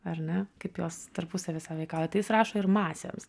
ar ne kaip jos tarpusavy sąveikauja tai jis rašo ir masėms